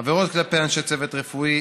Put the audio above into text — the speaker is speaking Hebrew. (עבירות כלפי אנשי צוות רפואי),